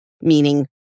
meaning